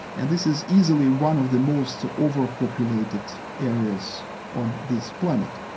and this is easily one of the most over-populated areas on this planet.